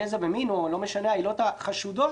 גזע ומין או העילות החשודות